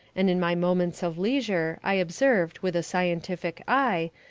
and in my moments of leisure i observed, with a scientific eye,